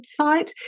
website